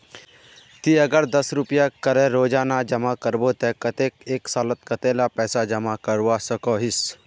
ती अगर दस रुपया करे रोजाना जमा करबो ते कतेक एक सालोत कतेला पैसा जमा करवा सकोहिस?